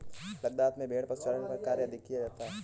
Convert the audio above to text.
लद्दाख में भेड़ पशुचारण का कार्य अधिक किया जाता है